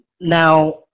Now